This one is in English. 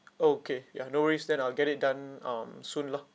okay ya no worries then I'll get it done um soon lah